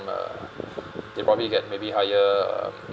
uh they probably get maybe higher um